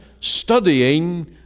studying